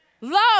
Love